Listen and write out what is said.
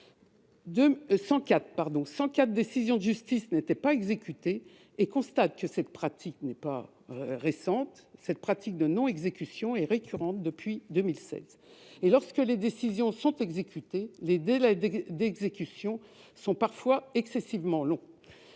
104 décisions de justice n'étaient pas exécutées et constate que cette pratique de non-exécution n'est pas récente : elle est récurrente depuis 2016. Lorsque les décisions sont exécutées, les délais d'exécution sont parfois excessivement longs.